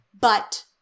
But-